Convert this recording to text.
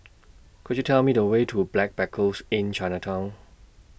Could YOU Tell Me The Way to Backpackers Inn Chinatown